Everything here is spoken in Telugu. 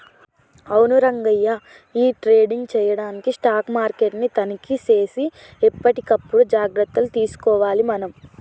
అవును రంగయ్య ఈ ట్రేడింగ్ చేయడానికి స్టాక్ మార్కెట్ ని తనిఖీ సేసి ఎప్పటికప్పుడు జాగ్రత్తలు తీసుకోవాలి మనం